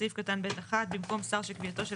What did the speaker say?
בסעיף קטן ב' (1) במקום שר שקביעתו של